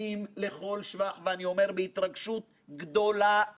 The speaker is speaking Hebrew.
לא הייתי מצליח להוציא מלאכה זו מתחת ידיי.